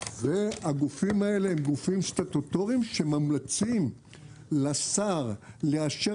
והגופים האלה הם גופים סטטוטוריים שממליצים לשר לאשר